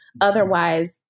Otherwise